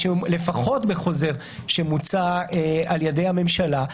לפחות בחוזר שמוצע על ידי הממשלה,